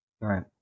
Right